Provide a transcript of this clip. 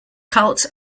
cult